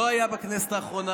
לא היה בכנסת האחרונה,